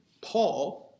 Paul